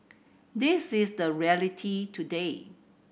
this is the reality today